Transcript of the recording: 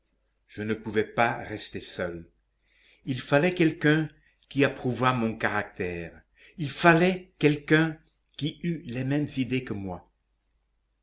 je ne pouvais pas rester seul il fallait quelqu'un qui approuvât mon caractère il fallait quelqu'un qui eût les mêmes idées que moi